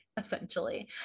essentially